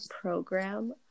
program